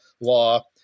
Law